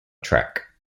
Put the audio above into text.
trek